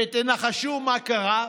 ותנחשו מה קרה?